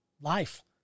life